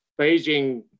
Beijing